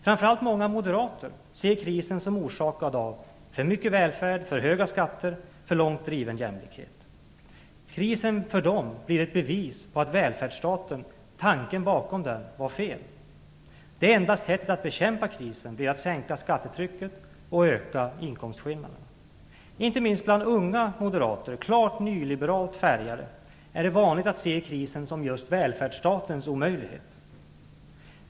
Framför allt många moderater ser det som att krisen är orsakad av för stor välfärd, för höga skatter och en för långt driven jämlikhet. Krisen blir för dem ett bevis på att tanken bakom välfärdsstaten var fel. Det enda sättet att bekämpa krisen blir då att man sänker skattetrycket och ökar inkomstskillnaderna. Inte minst bland unga moderater, som är klart nyliberalt färgade, är det vanligt att man ser krisen som ett bevis på välfärdsstatens omöjlighet.